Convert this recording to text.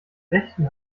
rechten